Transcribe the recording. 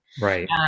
Right